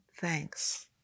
thanks